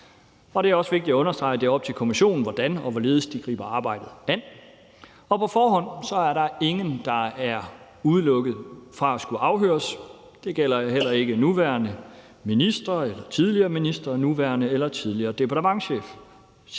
det er også vigtigt at understrege, at det er op til kommissionen, hvordan og hvorledes de griber arbejdet an, og at der på forhånd ikke er nogen, der er udelukket fra at skulle afhøres. Det gælder heller ikke nuværende ministre, tidligere ministre, nuværende eller tidligere departementschefer,